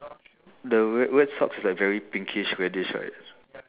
the wear wear socks like very pinkish reddish right